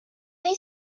they